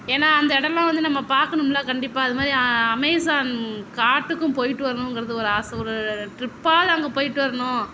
ஏன்னா அந்த இடம்லாம் வந்து நம்ம பார்க்கணும்ல கண்டிப்பாக அது மாதிரி அமேசான் காட்டுக்கும் போயிட்டு வரணுங்கிறது ஒரு ஆசை ஒரு ட்ரிப்பாவது அங்கே போயிட்டு வரணும்